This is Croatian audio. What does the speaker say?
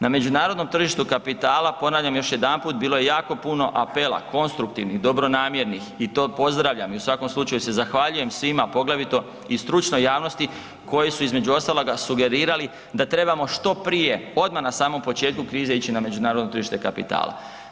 Na međunarodnom tržištu kapitala ponavljam još jedanput bilo je jako puno apela, konstruktivnih, dobronamjernih i to pozdravljam i u svakom slučaju se zahvaljujem svima poglavito i stručnoj javnosti koji su između ostaloga sugerirali da trebamo što prije, odmah na samom početku krize ići na međunarodno tržište kapitala.